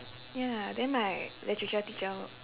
ya then my literature teacher